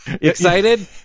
Excited